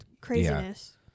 craziness